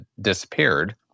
disappeared